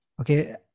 Okay